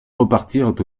repartirent